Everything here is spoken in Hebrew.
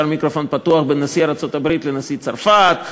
מיקרופון פתוח בין נשיא ארצות-הברית לנשיא צרפת,